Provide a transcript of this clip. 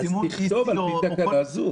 --- אז צריך לכתוב "על פי תקנה זו".